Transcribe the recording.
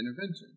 intervention